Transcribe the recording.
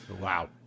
Wow